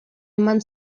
eman